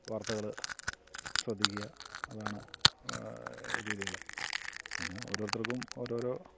വാർത്തകൾ ശ്രദ്ധിക്കുക അതാണ് രീതികൾ പിന്നെ ഓരോരുത്തർക്കും ഓരോരോ